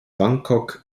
bangkok